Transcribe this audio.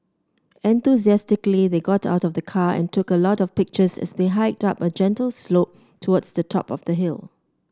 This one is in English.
enthusiastically they got out of the car and took a lot of pictures as they hiked up a gentle slope towards the top of the hill